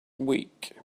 week